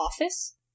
office